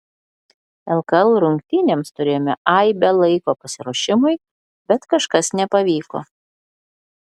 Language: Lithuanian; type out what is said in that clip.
lkl rungtynėms turėjome aibę laiko pasiruošimui bet kažkas nepavyko